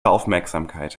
aufmerksamkeit